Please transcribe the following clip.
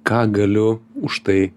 ką galiu už tai